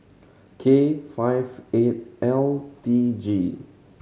K five eight L T G